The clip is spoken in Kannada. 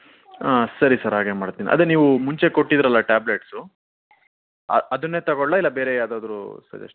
ಹಾಂ ಸರಿ ಸರ್ ಹಾಗೆ ಮಾಡ್ತೀನಿ ಅದೇ ನೀವು ಮುಂಚೆ ಕೊಟ್ಟಿದ್ರಲ್ಲಾ ಟಾಬ್ಲೆಟ್ಸು ಅ ಅದನ್ನೇ ತೊಗೊಳ್ಲಾ ಇಲ್ಲಾ ಬೇರೆ ಯಾವುದಾದ್ರೂ ಸಜೆಸ್ಟ್ ಮಾಡ್ತೀರಾ